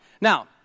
Now